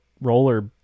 roller